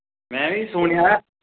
में बी सुनेआ ऐ